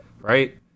Right